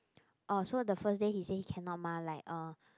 orh so the first day he said cannot mah like uh